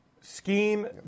scheme